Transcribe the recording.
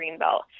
Greenbelt